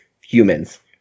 humans